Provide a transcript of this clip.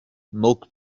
milk